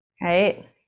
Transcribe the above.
Right